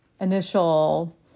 initial